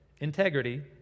integrity